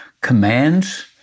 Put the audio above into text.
commands